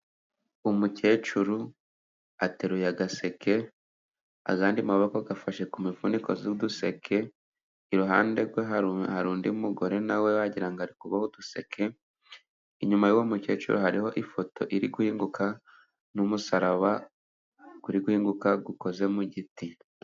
Umukecuru ateruye agaseke, ayandi maboko afashe ku mifuniko y'uduseke, iruhande rwe hari undi mugore na we wagira ngo ari kuboha uduseke, inyuma y'uwo mukecuru hariho ifoto iri guhinguka, n'umusaraba uri guhinguka ukoze mu giti.